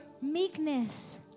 meekness